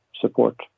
support